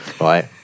right